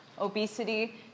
obesity